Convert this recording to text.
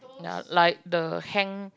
uh like the hang